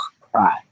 cry